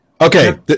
Okay